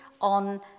on